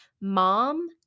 mom